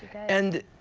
and